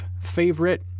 favorite